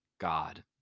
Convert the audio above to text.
God